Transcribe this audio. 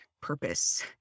purpose